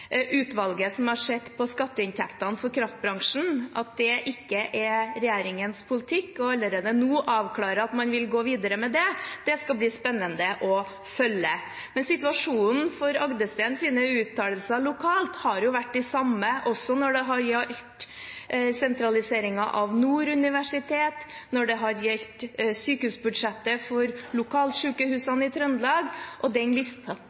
utvalget som har sett på skatteinntektene for kraftbransjen, at det ikke er regjeringens politikk allerede nå å avklare at man vil gå videre med det. Det skal bli spennende å følge. Men situasjonen for Agdesteins uttalelser lokalt har vært den samme når det har gjeldt sentraliseringen av Nord universitet, og også når det har gjeldt budsjettet for lokalsykehusene i Trøndelag. Den